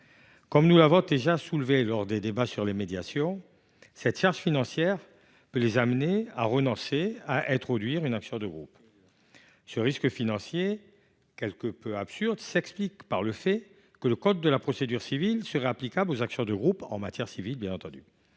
Comme nous l’avons souligné lors des débats sur les médiations, cette charge financière peut amener associations et syndicats à renoncer à introduire une action de groupe. Ce risque financier, quelque peu absurde, s’explique par le fait que le code de procédure civile serait applicable aux actions de groupe en matière civile. Sur le